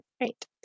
Great